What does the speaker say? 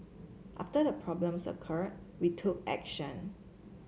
after the problems occurred we took action